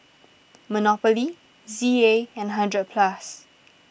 Monopoly Z A and hundred Plus